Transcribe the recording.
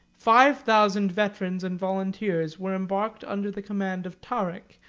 five thousand veterans and volunteers were embarked under the command of tarik,